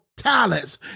talents